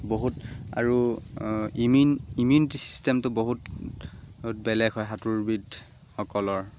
বহুত আৰু ইমিউনটি চিষ্টেমটো বহুত বেলেগ হয় সাঁতোৰবিধসকলৰ